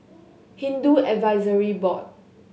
Hindu Advisory Board